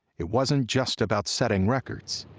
it wasn't just about setting records.